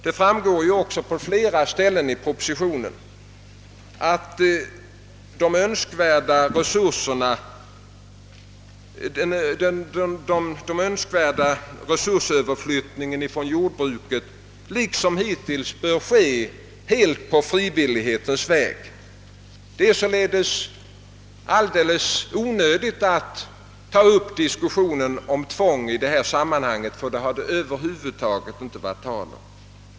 Det framgår också på flera ställen i propositionen att den önskvärda resursöverflyttningen inom jordbruket liksom hittills bör ske helt på frivillighetens väg. Det är således alldeles onödigt att ta upp någon diskussion om tvång i detta sammanhang. Tvång har det nämligen över huvud taget inte varit tal om.